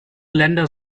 länder